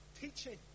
teaching